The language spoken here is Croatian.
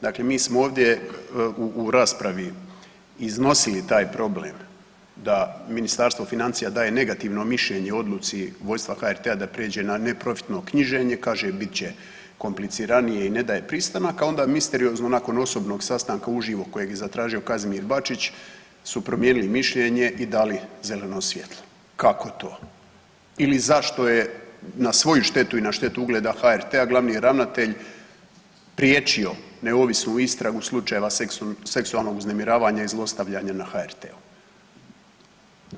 Dakle, mi smo ovdje u raspravi iznosili taj problem da Ministarstvo financija daje negativno mišljenje o odluci vodstva HRT-a da prijeđe na neprofitno knjiženje, kaže bit će kompliciranije i ne daje pristanak, a onda misteriozno nakon osobnog sastanka uživo kojeg je zatražio Kazimir Bačić su promijenili mišljenje i dali zeleno svijetlo, kako to ili zašto je na svoju štetu i na štetu ugleda HRT-a glavni ravnatelj priječio neovisnu istragu slučajeva seksualnog uznemiravanja i zlostavljanja na HRT-u.